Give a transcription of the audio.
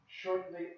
shortly